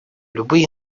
любые